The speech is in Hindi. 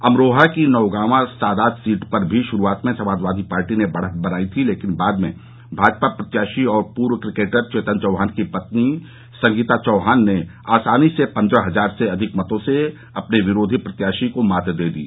अमरोहा की नौगांवा सादात सीट पर भी शुरुआत में समाजवादी पार्टी ने बढ़त बनाई थी लेकिन बाद में भाजपा प्रत्याशी और पूर्व क्रिकेटर चेतन चौहान की पत्नी संगीता चौहान ने आसानी से पन्द्रह हजार से अधिक मतों से अपने विरोधी प्रत्याशी को मात दे दी